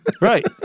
Right